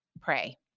pray